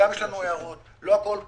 יש לנו גם הערות, לא הכול מושלם.